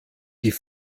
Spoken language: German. die